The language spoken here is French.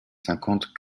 cinquante